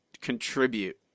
contribute